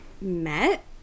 met